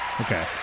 Okay